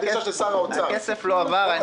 הכסף לא עבר.